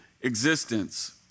existence